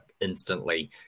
Instantly